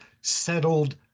settled